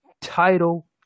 title